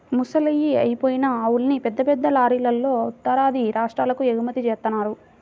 ముసలయ్యి అయిపోయిన ఆవుల్ని పెద్ద పెద్ద లారీలల్లో ఉత్తరాది రాష్ట్రాలకు ఎగుమతి జేత్తన్నారు